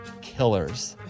killers